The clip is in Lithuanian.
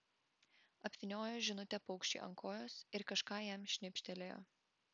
apvyniojo žinutę paukščiui ant kojos ir kažką jam šnibžtelėjo